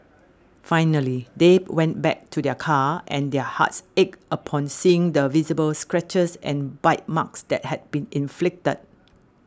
finally they went back to their car and their hearts ached upon seeing the visible scratches and bite marks that had been inflicted